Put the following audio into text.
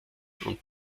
und